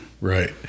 Right